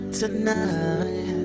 tonight